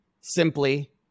Simply